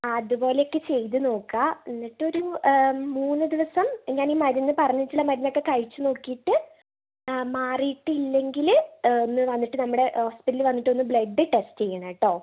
ആ അതുപോലെയൊക്കെ ചെയ്ത് നോക്കുക എന്നിട്ടൊരു മൂന്ന് ദിവസം ഞാൻ ഈ മരുന്ന് പറഞ്ഞിട്ടുള്ള മരുന്നൊക്കെ കഴിച്ചു നോക്കിയിട്ട് മാറിയിട്ടില്ലെങ്കിൽ ഒന്ന് വന്നിട്ട് നമ്മുടെ ഹോസ്പിറ്റലിൽ വന്നിട്ട് ബ്ലഡ് ടെസ്റ്റ് ചെയ്യണം കേട്ടോ